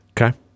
Okay